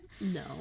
no